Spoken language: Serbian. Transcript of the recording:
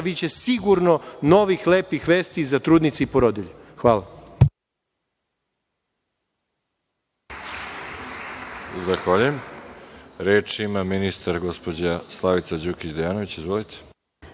biće sigurno novih lepih vesti za trudnice i porodilje. Hvala.